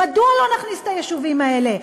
מדוע לא נכניס את היישובים האלה?